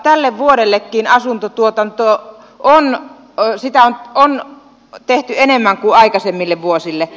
tälle vuodellekin asuntotuotantoa on tehty enemmän kuin aikaisemmille vuosille